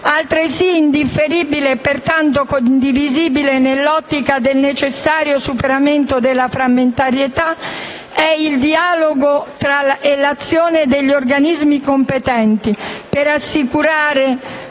Altresì indifferibile, e pertanto condivisibile, nell'ottica del necessario superamento della frammentarietà, è il dialogo nell'azione degli organismi operativi per assicurare